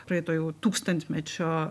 praeito jau tūkstantmečio